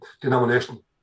denomination